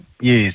yes